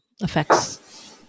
affects